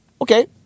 Okay